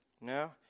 No